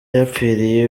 yapfiriye